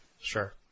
Sure